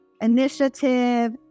initiative